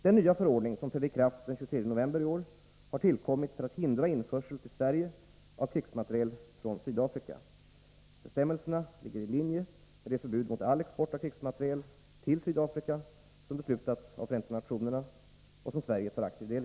Den nya förordning som trädde i kraft den 23 november i år har tillkommit för att hindra införsel till Sverige av krigsmateriel från Sydafrika. Bestämmelserna ligger i linje med det förbud mot all export av krigsmateriel till Sydafrika som beslutats av Förenta nationerna och som Sverige tar aktiv del &